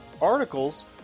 articles